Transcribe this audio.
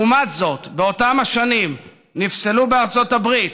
לעומת זאת, באותן השנים נפסלו בארצות הברית